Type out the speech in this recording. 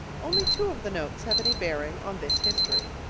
only two of the notes have any bearing on this history